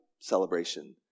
celebration